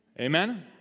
Amen